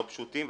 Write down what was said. לא פשוטים,